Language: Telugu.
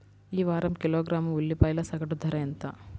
ఈ వారం కిలోగ్రాము ఉల్లిపాయల సగటు ధర ఎంత?